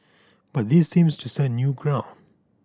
but this seems to set new ground